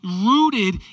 rooted